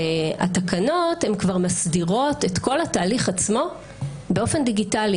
והתקנות כבר מסדירות את כל התהליך עצמו באופן דיגיטלי.